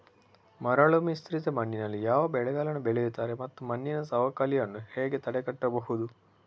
ಮರಳುಮಿಶ್ರಿತ ಮಣ್ಣಿನಲ್ಲಿ ಯಾವ ಬೆಳೆಗಳನ್ನು ಬೆಳೆಯುತ್ತಾರೆ ಮತ್ತು ಮಣ್ಣಿನ ಸವಕಳಿಯನ್ನು ಹೇಗೆ ತಡೆಗಟ್ಟಬಹುದು?